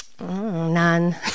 none